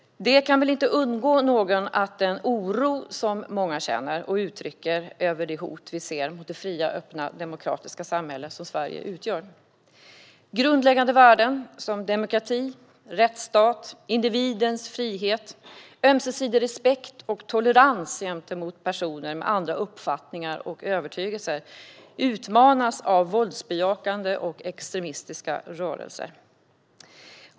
Den oro som många känner och uttrycker över de hot vi ser mot det fria, öppna och demokratiska samhälle som Sverige utgör kan väl inte undgå någon. Grundläggande värden som demokrati, rättsstat, individens frihet, ömsesidig respekt och tolerans gentemot personer med andra uppfattningar och övertygelser utmanas av våldsbejakande och extremistiska rörelser.